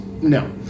No